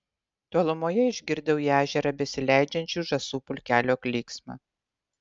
tolumoje išgirdau į ežerą besileidžiančių žąsų pulkelio klyksmą